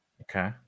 Okay